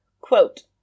Quote